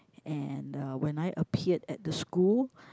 and uh when I appeared at the school